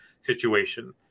situation